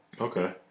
Okay